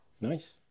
Nice